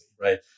right